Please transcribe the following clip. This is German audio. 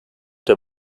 der